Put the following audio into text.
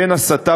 בין הסתה